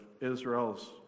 Israel's